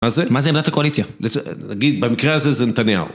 מה זה? מה זה עמדת הקואליציה? נגיד, במקרה הזה זה נתניהו